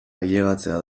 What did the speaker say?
ailegatzea